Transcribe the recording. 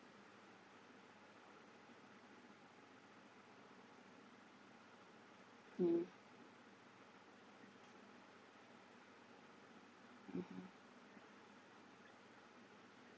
hmm mmhmm